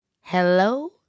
Hello